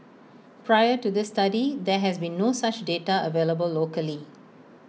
prior to this study there has been no such data available locally